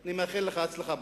אני מאחל לך הצלחה בתפקיד.